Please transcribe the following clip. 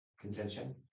contention